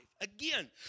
again